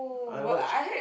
I watch